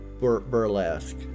burlesque